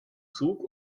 zug